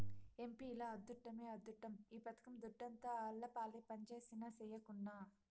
ఎంపీల అద్దుట్టమే అద్దుట్టం ఈ పథకం దుడ్డంతా ఆళ్లపాలే పంజేసినా, సెయ్యకున్నా